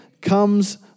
comes